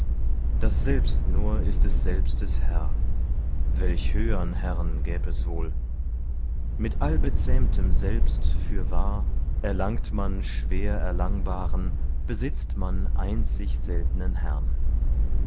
das selbst nur ist des selbstes herr welch höhern herren gäb es wohl mit allbezähmtem selbst fürwahr erlangt man schwer erlangbaren besitzt man einzig seltnen herrn